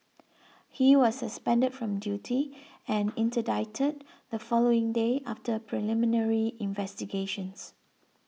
he was suspended from duty and interdicted the following day after preliminary investigations